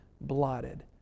blotted